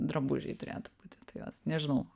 drabužiai turėtų būti tai vat nežinau